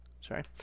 Sorry